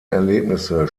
erlebnisse